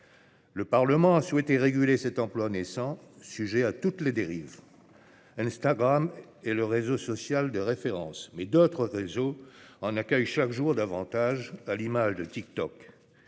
Le Parlement a souhaité réguler cet emploi naissant, sujet à toutes les dérives. Instagram est le réseau social de référence, mais d'autres réseaux en accueillent chaque jour davantage, à l'image de TikTok.